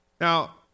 Now